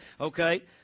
Okay